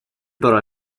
bara